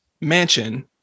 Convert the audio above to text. mansion